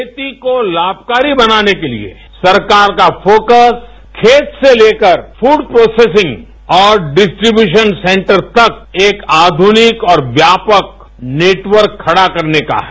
खेती को लाभकारी बनाने के लिए सरकार का फोकस खेत से लेकर फूड प्रोसेसिंग और डिस्ट्रिब्यूशन सेंटर तक एक आधुनिक और व्यापक नेटवर्क खड़ा करने का है